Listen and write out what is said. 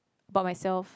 about myself